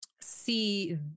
see